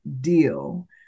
deal